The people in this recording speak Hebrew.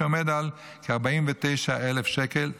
שעומד על כ-49,000 שקל לחודש.